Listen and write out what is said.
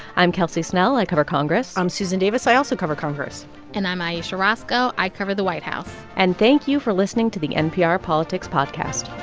i'm kelsey snell. i cover congress i'm susan davis. i also cover congress and i'm ayesha rascoe. i cover the white house and thank you for listening to the npr politics podcast